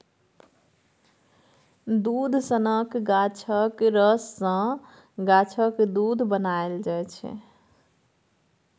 दुध सनक गाछक रस सँ गाछक दुध बनाएल जाइ छै